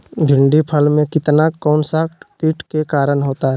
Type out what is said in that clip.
भिंडी फल में किया कौन सा किट के कारण होता है?